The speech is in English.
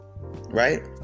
right